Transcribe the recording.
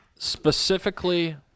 specifically